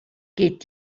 geht